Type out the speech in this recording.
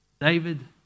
David